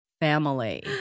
Family